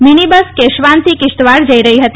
mini bus કેશવાનથી કિશતવાડ થઇ રહી હતી